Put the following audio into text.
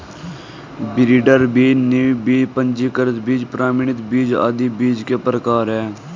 breeder बीज, नींव बीज, पंजीकृत बीज, प्रमाणित बीज आदि बीज के प्रकार है